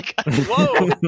whoa